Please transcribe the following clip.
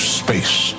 space